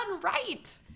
right